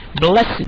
blessed